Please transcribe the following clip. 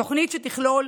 תוכנית שתכלול